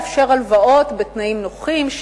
לאפשר הלוואות בתנאים נוחים,